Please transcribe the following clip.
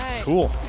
Cool